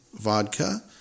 Vodka